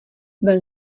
byl